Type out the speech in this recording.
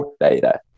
Data